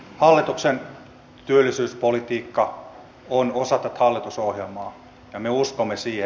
hallituksen työllisyyspolitiikka on osa tätä hallitusohjelmaa ja me uskomme siihen